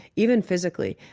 even physically.